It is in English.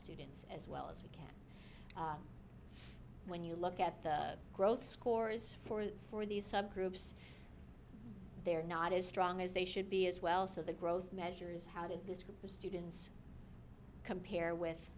students as well as we can when you look at the growth scores for the for these subgroups they're not as strong as they should be as well so the growth measure is how did this group of students compare with